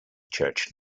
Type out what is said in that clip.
church